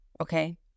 Okay